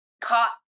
caught